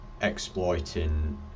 exploiting